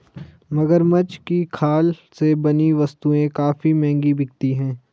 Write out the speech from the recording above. मगरमच्छ की खाल से बनी वस्तुएं काफी महंगी बिकती हैं